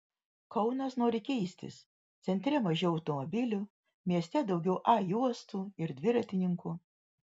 kaunas nori keistis centre mažiau automobilių mieste daugiau a juostų ir dviratininkų